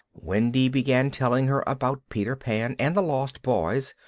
wendy began telling her about peter pan and the lost boys,